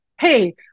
hey